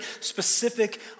specific